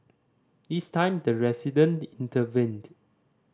this time the resident intervened